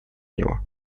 него